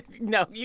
No